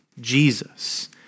Jesus